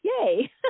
Yay